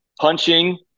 punching